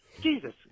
Jesus